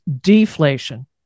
deflation